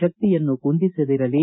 ಶಕ್ತಿಯನ್ನು ಕುಂದಿಸದಿರಲಿ